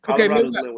okay